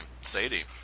Sadie